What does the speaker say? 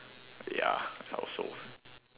ya I also